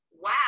Wow